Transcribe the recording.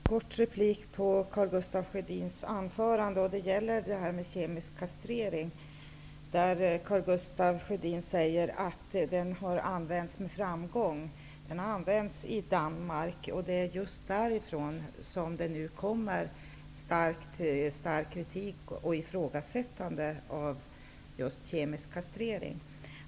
Herr talman! Det blir en kort replik på Karl Gustaf Sjödins anförande. Det gäller detta med kemisk kastrering. Karl Gustaf Sjödin säger att den har använts med framgång. Den har använts i Danmark, och det är därifrån som det nu kommer stark kritik och ifrågasättande av just kemisk kastrering.